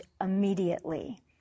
immediately